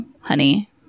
honey